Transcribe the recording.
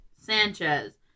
Sanchez